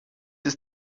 ist